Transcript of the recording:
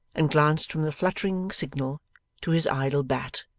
and glanced from the fluttering signal to his idle bat,